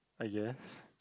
I guess